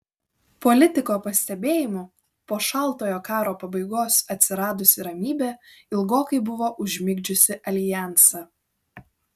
politiko pastebėjimu po šaltojo karo pabaigos atsiradusi ramybė ilgokai buvo užmigdžiusi aljansą